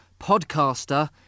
podcaster